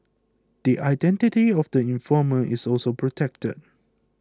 the identity of the informer is also protected